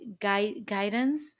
guidance